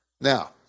Now